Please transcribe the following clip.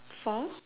for